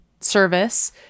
service